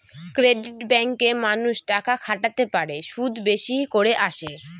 credit ব্যাঙ্কে মানুষ টাকা খাটাতে পারে, সুদ বেশি করে আসে